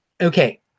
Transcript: Okay